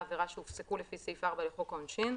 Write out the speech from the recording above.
עבירה שהופסקו לפי סעיף 4 לחוק העונשין,